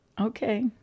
Okay